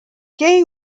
gaye